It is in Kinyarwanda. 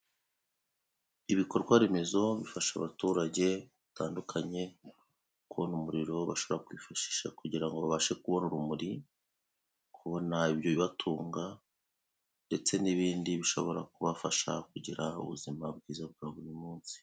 Ibikorwa remezo bifasha abaturage batandukanye kubona umuriro bashobora kwifashisha kugira ngo babashe kubona urumuri, kubona ibyo bibatunga ndetse n'ibindi bishobora kubafasha kugira ubuzima bwiza bwa buri munsi.